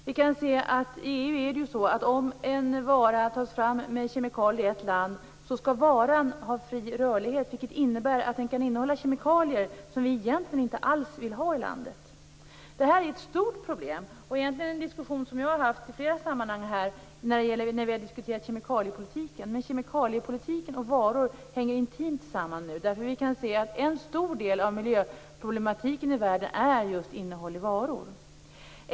Vi kan se att om en vara med kemikalier tas fram i ett land i EU så skall varan ha fri rörlighet, vilket innebär att den kan innehålla kemikalier som vi egentligen inte alls vill ha i landet. Det här är ett stort problem och egentligen en diskussion som jag har fört vid flera tillfällen när vi har diskuterat kemikaliepolitiken. Men kemikaliepolitik och varor hänger intimt samman nu. Vi kan se att en stor del av miljöproblematiken i världen är just innehållet i varor.